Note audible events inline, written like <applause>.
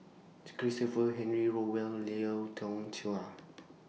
Christopher Henry Rothwell Lau Teng Chuan <noise>